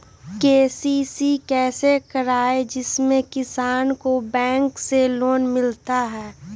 KCC कैसे कराये जिसमे किसान को बैंक से लोन मिलता है?